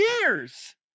years